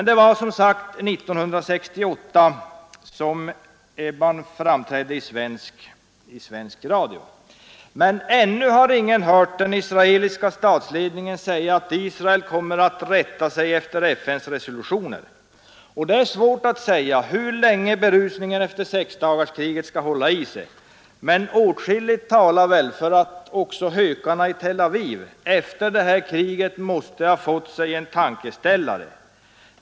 Det var 1968 som Eban framträdde i Sveriges Radio. Ännu har ingen hört den israeliska statsledningen säga att Israel kommer att rätta sig efter FNs resolutioner. Det är svårt att säga hur länge berusningen efter sexdagarskriget skall hålla i sig, men åtskilligt talar väl för att också hökarna i Tel Aviv efter det här kriget måste ha fått sig en tankeställare.